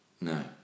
No